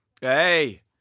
Hey